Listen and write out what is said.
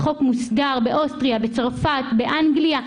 החוק מוסדר באוסטריה, בצרפת, באנגליה.